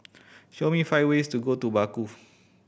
show me five ways to go to Baku